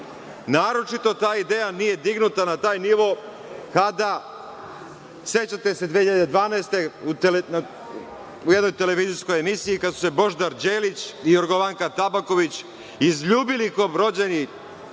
Naročito ta ideja nije dignuta na taj nivo kada su se, sećate se 2012. godine u jednoj televizijskoj emisiji, Božidar Đelić i Jorgovanka Tabaković izljubili kao rođeni